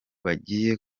bagiye